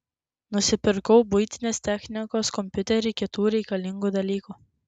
nusipirkau buitinės technikos kompiuterį kitų reikalingų dalykų